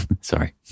sorry